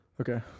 Okay